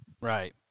right